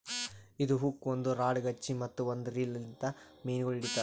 ಇದು ಹುಕ್ ಒಂದ್ ರಾಡಗ್ ಹಚ್ಚಿ ಮತ್ತ ಒಂದ್ ರೀಲ್ ಲಿಂತ್ ಮೀನಗೊಳ್ ಹಿಡಿತಾರ್